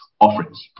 offerings